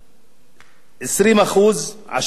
20% עשירים, מועדון המיליונרים,